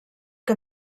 que